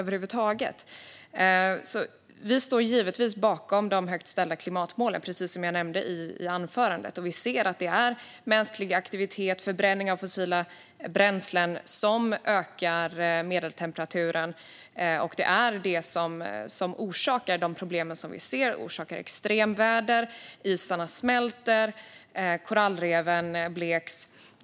Vi står givetvis bakom de högt ställda klimatmålen, precis som jag nämnde i anförandet. Vi ser att det är mänsklig aktivitet, förbränning av fossila bränslen, som ökar medeltemperaturen. Det är vad som orsakar de problem som vi ser. Det orsaker extremväder, isarna smälter och korallreven bleks.